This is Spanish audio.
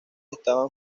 estaban